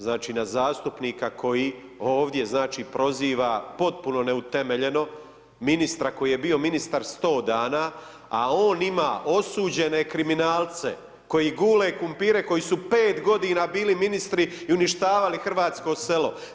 Članak 238., znači na zastupnika koji ovdje znači proziva potpuno neutemeljeno ministra koji je bio ministar 100 dana a on ima osuđene kriminalce koji gule krumpire koji su 5 godina bili ministri i uništavali hrvatsko selo.